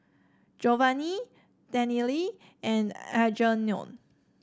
Jovany Daniele and Algernon